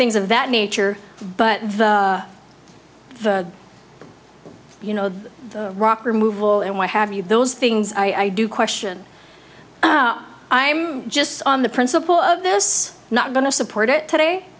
things of that nature but you know the rock removal and what have you those things i do question i'm just on the principle of this not going to support it today